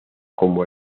como